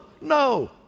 no